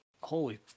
holy